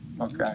Okay